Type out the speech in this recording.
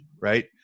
right